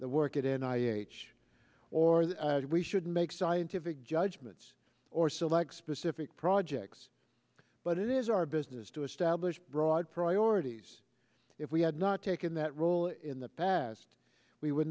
the work it in i h or that we should make scientific judgments or select specific projects but it is our business to establish broad priorities if we had not taken that role in the past we would